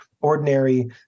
ordinary